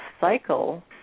cycle